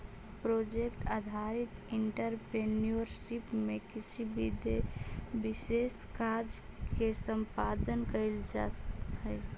project आधारित entrepreneurship में किसी विशेष कार्य के संपादन कईल जाऽ हई